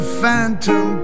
phantom